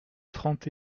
trente